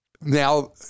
now